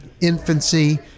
infancy